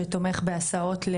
שתומך בהסעות?